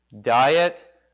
Diet